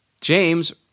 James